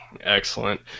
Excellent